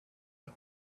but